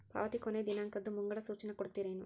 ಪಾವತಿ ಕೊನೆ ದಿನಾಂಕದ್ದು ಮುಂಗಡ ಸೂಚನಾ ಕೊಡ್ತೇರೇನು?